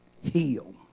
heal